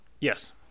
Yes